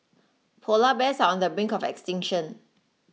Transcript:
Polar Bears are on the brink of extinction